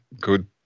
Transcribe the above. good